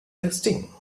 testing